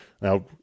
Now